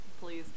Please